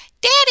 Daddy